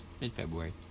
mid-February